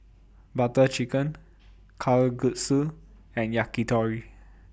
Butter Chicken Kalguksu and Yakitori